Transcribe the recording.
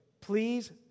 please